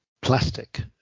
plastic